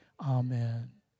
amen